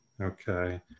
okay